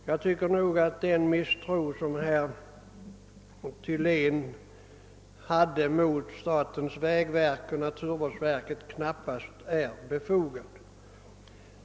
Jag tycker nog att den misstro som herr Thylén gav uttryck för mot statens vägverk och naturvårdsverket knappast är befogad.